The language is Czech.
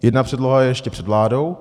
Jedna předloha je ještě před vládou.